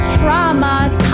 traumas